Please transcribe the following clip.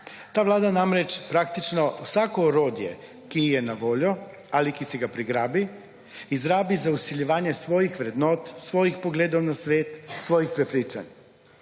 Ta Vlada namreč praktično vsako orodje, ki je na voljo ali ki si ga prigrabi, izrabi za vsiljevanje svojih vrednot, svojih pogledov na svet, svojih prepričanj.